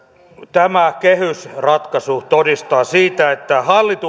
tämä kehysratkaisu todistaa sen että hallituksella on